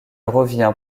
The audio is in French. revient